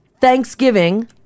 Thanksgiving